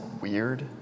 weird